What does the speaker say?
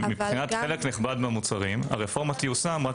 שמבחינת חלק נכבד מהמוצרים הרפורמה תיושם רק